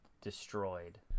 destroyed